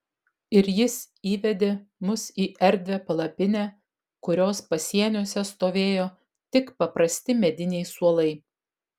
ir jis įvedė mus į erdvią palapinę kurios pasieniuose stovėjo tik paprasti mediniai suolai